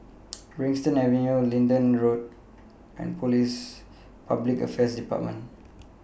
Brighton Avenue Linden Drive and Police Public Affairs department